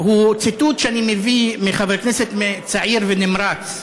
הוא ציטוט שאני מביא מחבר כנסת צעיר ונמרץ,